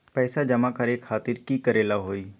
पैसा जमा करे खातीर की करेला होई?